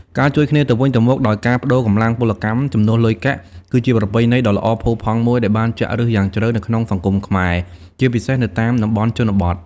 ការជួយគ្នាទៅវិញទៅមកដោយការប្តូរកម្លាំងពលកម្មជំនួសលុយកាក់ គឺជាប្រពៃណីដ៏ល្អផូរផង់មួយដែលបានចាក់ឫសយ៉ាងជ្រៅនៅក្នុងសង្គមខ្មែរ ជាពិសេសនៅតាមតំបន់ជនបទ។